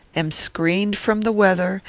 am screened from the weather,